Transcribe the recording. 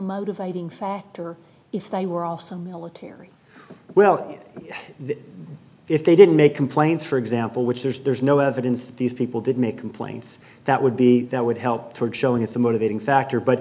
motivating so if they were also military well if they didn't make complaints for example which there's no evidence that these people did make complaints that would be that would help towards showing it's a motivating factor but